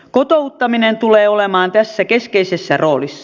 kotouttaminen tulee olemaan tässä keskeisessä roolissa